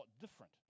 different